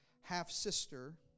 half-sister